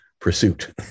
pursuit